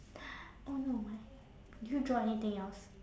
oh no my did you draw anything else